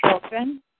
children